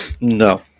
no